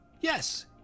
yes